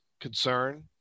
concern